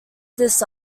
this